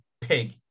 pig